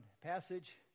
passage